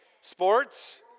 Sports